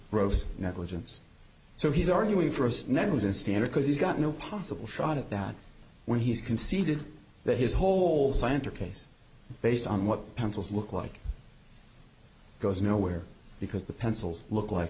gross negligence so he's arguing for us negligence standard because he's got no possible shot at that when he's conceded that his whole scienter case based on what pencils look like goes nowhere because the pencils look like